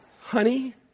honey